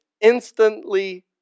instantly